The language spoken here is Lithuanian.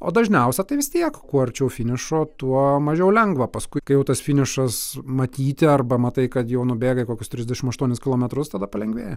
o dažniausia tai vis tiek kuo arčiau finišo tuo mažiau lengva paskui kai jau tas finišas matyti arba matai kad jau nubėgai kokius trisdešim aštuonis kilometrus tada palengvėja